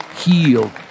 healed